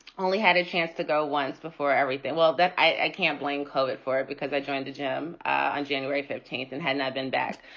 only had a chance to go once before everything. well, that i can't blame covered for it because i joined the gym on january fifteenth and had and i've been back,